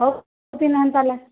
ହଉ